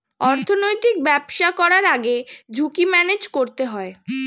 অর্থনৈতিক ব্যবসা করার আগে ঝুঁকি ম্যানেজ করতে হয়